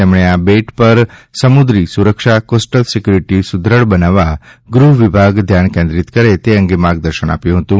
તેમણે આ બેટ પર સમુદ્રી સુરક્ષા કોસ્ટલ સિકયુરિટી સુદ્રઢ બનાવવા ગૃહ વિભાગ ધ્યાન કેન્દ્રિત કરે તે અંગે માર્ગદર્શન આપ્યું હતું